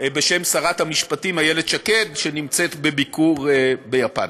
של שרת המשפטים איילת שקד, שנמצאת בביקור ביפן.